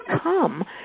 come